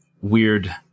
weird